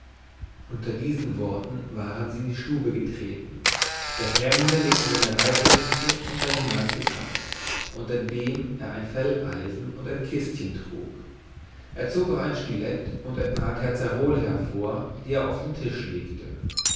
unter diesen worten waren sie in die stube getreten der fremde legte seine reisemütze und seinen mantel ab unter dem er ein felleisen und ein kistchen trug er zog auch ein stilett und ein paar terzerole hervor die er auf den tisch legte